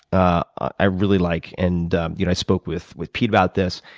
i really like and you know i spoke with with pete about this.